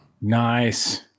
nice